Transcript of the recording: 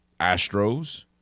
Astros